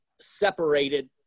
separated